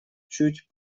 чуть